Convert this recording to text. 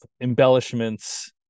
embellishments